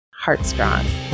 HeartStrong